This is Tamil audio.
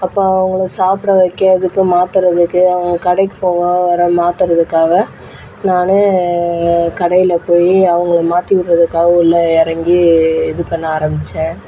அப்போ அவங்கள சாப்பிட வைக்கறதுக்கு மாற்றறதுக்கு அவங்க கடைக்குப் போக வர மாற்றறதுக்காக நான் கடையில் போய் அவங்கள மாற்றி விடுறதுக்காக உள்ளே இறங்கி இது பண்ண ஆரமித்தேன்